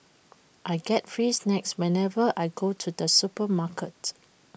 I get free snacks whenever I go to the supermarket